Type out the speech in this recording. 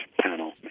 panel